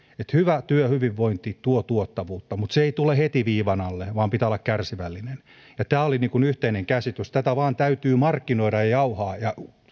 hyvä työhyvinvointi tuo tuottavuutta mutta se ei tule heti viivan alle vaan pitää olla kärsivällinen tämä oli yhteinen käsitys tätä vain täytyy markkinoida ja jauhaa